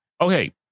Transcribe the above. Okay